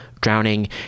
drowning